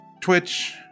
Twitch